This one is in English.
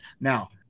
now